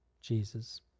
Jesus